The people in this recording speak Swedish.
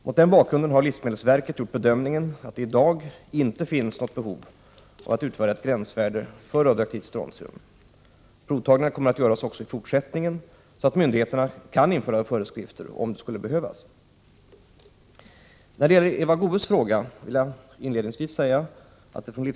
Mot den bakgrunden har livsmedelsverket gjort bedömningen att det i dag inte finns något behov av att utfärda ett gränsvärde för radioaktivt strontium. Provtagningar kommer att göras även i fortsättningen så att myndigheterna kan införa föreskrifter om det skulle behövas. När det gäller Eva Goés fråga vill jag inledningsvis säga att det från Prot.